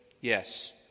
yes